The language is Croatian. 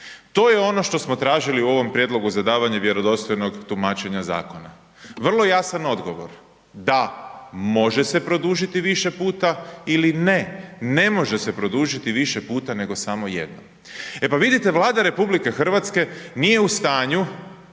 To je ono što smo tražili u ovom prijedlogu za davanje vjerodostojnog tumačenja zakona. Vrlo jasan odgovor da, može se produžiti više puta ili ne, ne može se produžiti više puta nego samo jednom. E pa vidite Vlada RH nije u stanju, nije u stanju